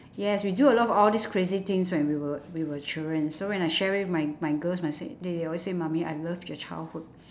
yes we do a lot of all these crazy things when we were we were children so when I share with my my girls say they always say mummy I love your childhood